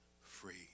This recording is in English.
free